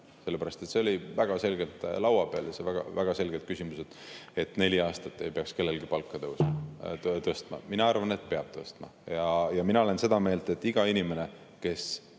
ka märk. See oli väga selgelt laua peal ja olid väga selgelt küsimused, kas neli aastat ei peaks kellelgi palka tõstma. Mina arvan, et peab tõstma. Mina olen seda meelt, et iga inimene, kes